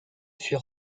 fut